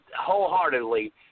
wholeheartedly